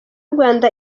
rwanda